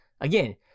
again